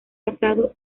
pasado